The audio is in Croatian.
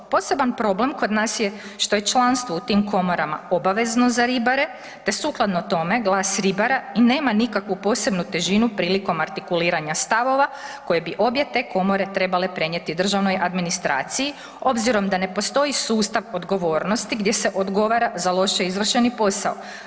Poseban problem kod nas je što je članstvo u tim komorama obavezno za ribare te sukladno tome glas ribara i nema nikakvu posebnu težinu prilikom artikuliranja stavova koje bi obje te komore trebale prenijeti državnoj administraciji obzirom da ne postoji sustav odgovornosti gdje se odgovara za loše izvršeni posao.